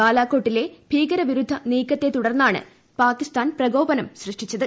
ബാലാകോട്ടിലെ ഭീകരവിരുദ്ധ നീക്കത്തെ തുടർന്നാണ് പാകിസ്ഥാൻ പ്രകോപനം സൃഷ്ടിച്ചത്